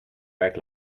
werk